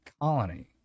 colony